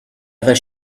other